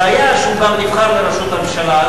הבעיה היא שהוא גם נבחר לראשות הממשלה.